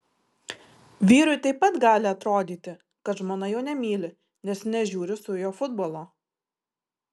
vyrui taip pat gali atrodyti kad žmona jo nemyli nes nežiūri su juo futbolo